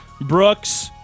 Brooks